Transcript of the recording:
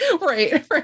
right